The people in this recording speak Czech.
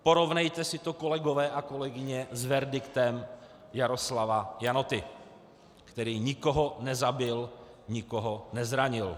Porovnejte si to, kolegové a kolegyně, s verdiktem Jaroslava Janoty, který nikoho nezabil, nikoho nezranil.